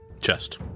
Chest